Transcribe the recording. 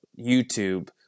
YouTube